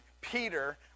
Peter